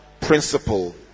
Principle